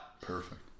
Perfect